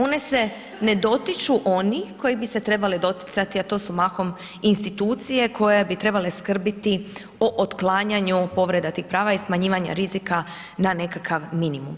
One se ne dotiču onih koji bi se trebali doticati, a to su mahom institucije, koje bi trebali skrbiti o otklanjanju povrede tih prava i smanjivanja rizika na nekakav minimum.